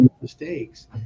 mistakes